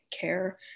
care